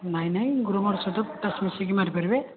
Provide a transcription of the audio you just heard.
ନାହିଁ ନାହିଁ ଗ୍ରୁମର ସହିତ ପଟାସ ମିଶାଇକି ମାରିପାରିବେ